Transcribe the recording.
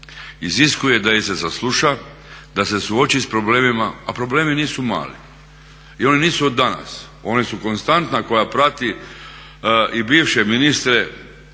Iziskuje da ih se sasluša, da se suoči s problemima, a problemi nisu mali i oni nisu od danas. Oni su konstanta koja prati i bivše ministre